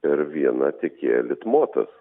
per vieną tiekėją litmotas